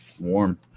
Warm